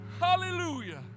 Hallelujah